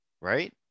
right